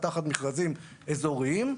תחת מכרזים אזוריים,